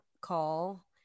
call